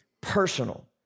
personal